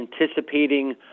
anticipating